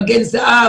'מגן זהב',